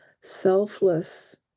selfless